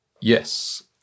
yes